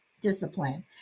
discipline